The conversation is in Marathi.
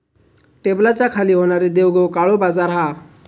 टेबलाच्या खाली होणारी देवघेव काळो बाजार हा